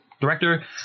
director